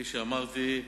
כפי שאמרתי,